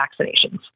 vaccinations